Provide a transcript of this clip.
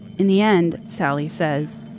in the end, sali says,